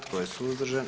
Tko je suzdržan?